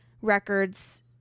records